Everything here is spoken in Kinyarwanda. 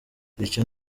icyo